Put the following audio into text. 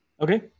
Okay